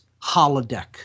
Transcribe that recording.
holodeck